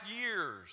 years